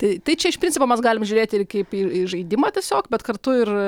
tai tai čia iš principo mes galim žiūrėti ir kaip į žaidimą tiesiog bet kartu ir